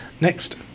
Next